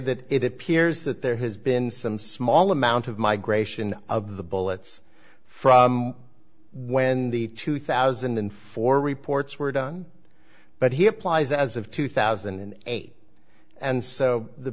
that it appears that there has been some small amount of migration of the bullets from when the two thousand and four reports were done but he applies as of two thousand and eight and so the